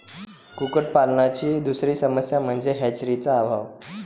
कुक्कुटपालनाची दुसरी समस्या म्हणजे हॅचरीचा अभाव